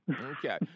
Okay